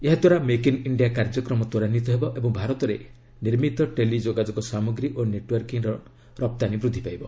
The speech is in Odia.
ଏହାଦ୍ୱାରା ମେକ୍ ଇନ୍ ଇଣ୍ଡିଆ କାର୍ଯ୍ୟକ୍ରମ ତ୍ୱରାନ୍ୱିତ ହେବ ଏବଂ ଭାରତରେ ନିର୍ମିତ ଟେଲି ଯୋଗାଯୋଗ ସାମଗ୍ରୀ ଓ ନେଟୱାର୍କିଂର ରପ୍ତାନୀ ବୃଦ୍ଧି ପାଇବ